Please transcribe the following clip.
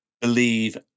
believe